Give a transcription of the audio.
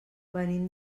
venim